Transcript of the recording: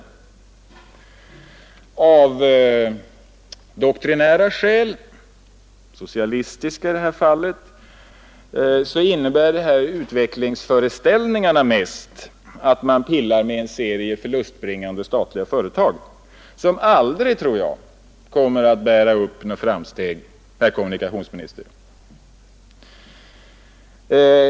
Av doktrinära skäl — socialistiska i detta fall — innebär utvecklingsföreställningarna mest att man pillar med en serie förlustbringande statliga företag, som aldrig kommer att bära upp några framsteg, herr kommunikationsminister, för att nu vända sig till den ende närvarande regeringsföreträdaren.